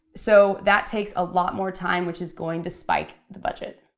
so that takes a lot more time which is going to spike the budget.